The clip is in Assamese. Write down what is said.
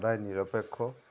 সদায় নিৰপেক্ষ